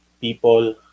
people